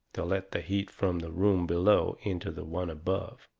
to let the heat from the room below into the one above.